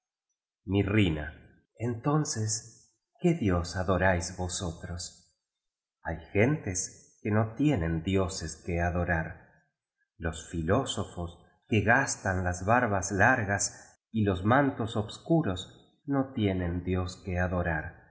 mirrina entonces qué dios adoráis vosotros hay gen tes que no tienen dioses que adorar los filósofos que gastan las barbas largas y los mantos obscuros no tienen dios que adorar